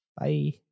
Bye